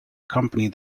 company